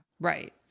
Right